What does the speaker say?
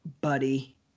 buddy